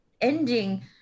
ending